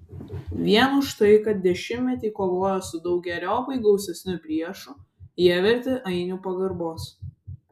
vien už tai kad dešimtmetį kovojo su daugeriopai gausesniu priešu jie verti ainių pagarbos